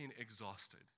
exhausted